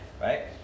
right